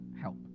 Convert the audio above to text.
help